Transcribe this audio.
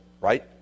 right